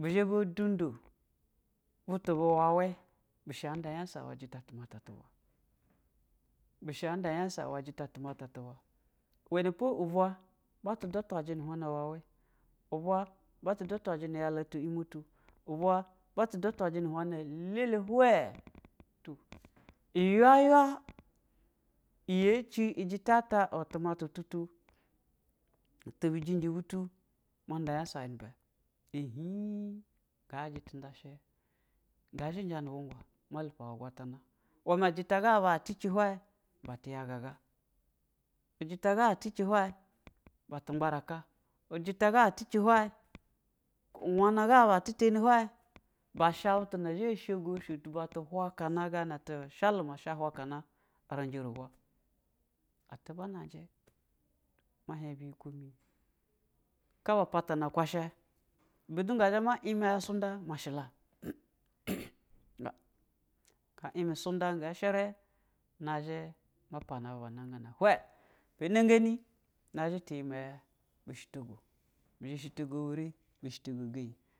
bɛ zha ba dendo butu bu i wɛ wɛ, bu sha a nda nyasa i wɛ jita tumate tu bwɛ ba sha a nda nyasa i wɛ tumatu. Tu bwe i we po ubwa bu dwa taji nu hwana wa wa ubwa batu bwataji nɛ a ɛle atwa imɛ tu, ube amtu dwataji nu ulwana lɛlɛ hwa, to nyw yo ha chi jɛtata tu mata tutu, ta bɛ jiniji bu tu ta nda nyas nɛ bɛhim nda zhinjɛ nu vuning wa ḿa lupo agwatana ma, jata ga ba atu chi hwayi matu yɛsaga njɛta ath chi awa ye ba tu mbaraka, jɛta atu chi hwiyi, u wanɛ ga ba ɛtɛtɛni hwani bɛ gha butu na zha giyi so ɛsha, matu whallana gana ta shali ma sha whakarna riuchi rubwa atu bahaji a le biyiko mi sa ba pata na kwashɛ i bɛ nga zhe mɛ ya sunta masula, suhda nga shiri, nazha ma pana bu ba ngana hwɛ, bɛ nɛganɛ nazhɛ tu nimɛyɛ bu stigo, rɛ bu stigo bɛyi.